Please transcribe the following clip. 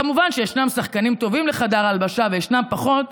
כמובן שישנם שחקנים טובים לחדר ההלבשה וישנם פחות,